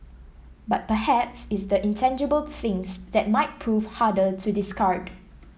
but perhaps it's the intangible things that might prove harder to discard